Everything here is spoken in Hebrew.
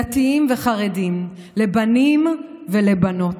דתיים וחרדים, לבנים ולבנות.